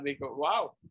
wow